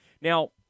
Now